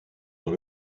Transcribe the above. dans